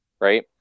right